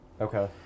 Okay